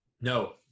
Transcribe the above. No